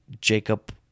Jacob